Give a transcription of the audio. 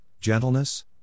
gentleness